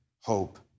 hope